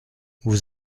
vous